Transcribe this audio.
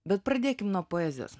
bet pradėkim nuo poezijos